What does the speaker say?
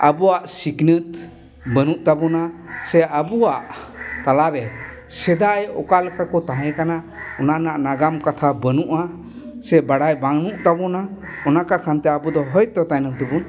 ᱟᱵᱚᱣᱟᱜ ᱥᱤᱠᱷᱱᱟᱹᱛ ᱵᱟᱹᱱᱩᱜ ᱛᱟᱵᱚᱱᱟ ᱥᱮ ᱟᱵᱚᱣᱟᱜ ᱛᱟᱞᱟᱨᱮ ᱥᱮᱫᱟᱭ ᱚᱠᱟ ᱞᱮᱠᱟ ᱠᱚ ᱛᱟᱦᱮᱸ ᱠᱟᱱᱟ ᱚᱱᱟ ᱨᱮᱱᱟᱜ ᱱᱟᱜᱟᱢ ᱠᱟᱛᱷᱟ ᱵᱟᱹᱱᱩᱜᱼᱟ ᱥᱮ ᱵᱟᱰᱟᱭ ᱵᱟᱹᱱᱩᱜ ᱛᱟᱵᱚᱱᱟ ᱚᱱᱟ ᱠᱟᱠᱷᱟᱱᱛᱮ ᱟᱵᱚ ᱫᱚ ᱦᱚᱭᱛᱳ ᱛᱟᱭᱱᱚᱢ ᱛᱮᱵᱚᱱ